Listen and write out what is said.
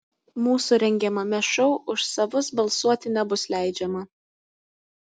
mūsų rengiamame šou už savus balsuoti nebus leidžiama